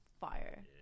fire